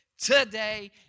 today